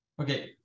Okay